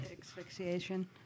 Asphyxiation